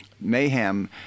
Mayhem